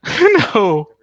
no